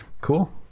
Cool